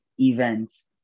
events